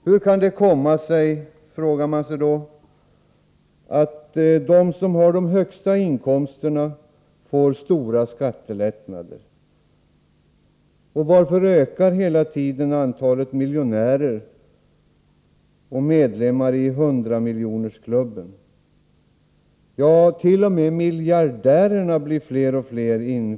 Hur kan det då komma sig att de som har de högsta inkomsterna får stora skattelättnader? Och varför ökar hela tiden antalet miljonärer och medlemmar i 100-miljonersklubben? T. o. m. miljardärerna blir fler och fler.